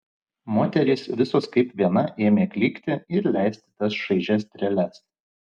moterys visos kaip viena ėmė klykti ir leisti tas šaižias treles